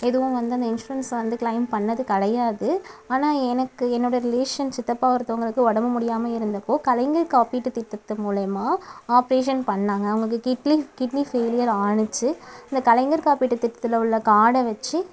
எதுவும் வந்து அந்த இன்சூரன்ஸை வந்து கிளைம் பண்ணது கிடையாது ஆனால் எனக்கு என்னோட ரிலேஷன் சித்தப்பா ஒருத்தவங்களுக்கு உடம்பு முடியாமல் இருந்தப்போ கலைஞர் காப்பீட்டு திட்டத்து மூலியமாக ஆப்ரேஷன் பண்ணாங்க அவங்களுக்கு கிட்லி கிட்னி ஃபெய்லியர் ஆனுச்சி அந்த கலைஞர் காப்பீட்டு திட்டத்தில் உள்ள கார்டை வச்சு